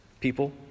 people